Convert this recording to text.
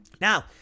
Now